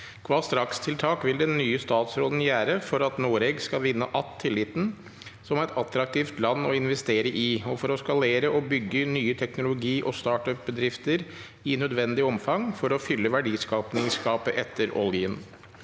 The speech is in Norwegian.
Kva strakstiltak vil den nye statsråden gjere for at Noreg skal vinne att tilliten som eit attraktivt land å investere i, og for å skalere og bygge nye teknologi- og startup-bedrifter i nødvendig omfang for å fylle verdiska- pingsgapet etter oljen?»